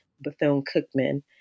Bethune-Cookman